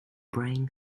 brain